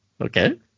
Okay